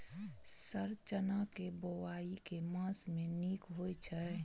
Sir चना केँ बोवाई केँ मास मे नीक होइ छैय?